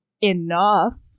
enough